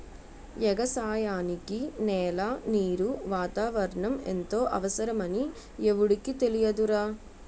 ఎగసాయానికి నేల, నీరు, వాతావరణం ఎంతో అవసరమని ఎవుడికి తెలియదురా